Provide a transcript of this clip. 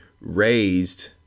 raised